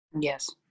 Yes